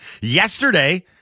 Yesterday